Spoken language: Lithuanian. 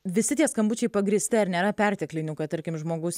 visi tie skambučiai pagrįsti ar nėra perteklinių kad tarkim žmogus